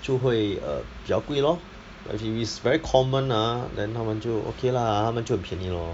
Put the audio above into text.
就会 uh 比较贵 lor but if it's very common ah then 它们就 okay lah 它们就很便宜 lor